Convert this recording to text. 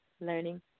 learning